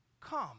come